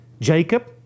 Jacob